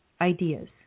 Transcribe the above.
ideas